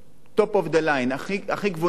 top of the line, הכי גבוהים שיש.